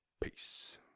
peace